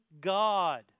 God